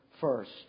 first